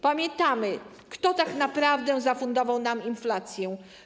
Pamiętamy, kto tak naprawdę zafundował nam inflację.